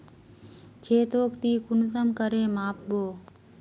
खेतोक ती कुंसम करे माप बो?